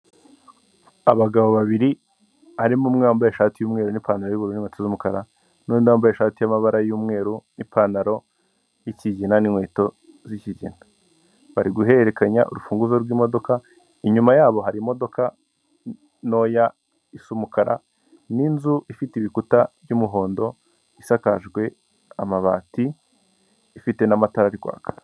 abagabo babiri barimo umwe wambaye ishati y'umweru n'ipantaro y'ubururu n'inkweto z'umukara n'undi wambaye ishati y'amabara y'umweru n'ipantaro y'ikigina n'inkweto z'ikigiga, bari guhererekanya urufunguzo rw'imodoka, inyuma yabo hari imodoka ntoya isa umukara, n'inzu ifite ibikuta byu'muhondo isakajwe amabati ifite n'amatara ari kwaka.